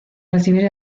recibir